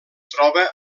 troba